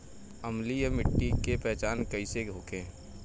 अम्लीय मिट्टी के पहचान कइसे होखे?